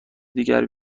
دیگر